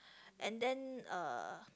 and then uh